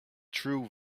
true